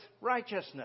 righteousness